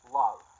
love